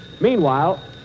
Meanwhile